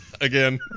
again